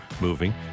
moving